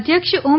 અધ્યક્ષ ઓમ